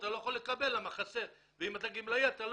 אתה לא יכול לקבל ואם אתה גמלאי אתה לא